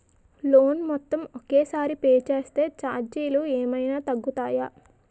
Loan మొత్తం ఒకే సారి పే చేస్తే ఛార్జీలు ఏమైనా తగ్గుతాయా?